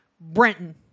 Brenton